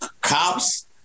cops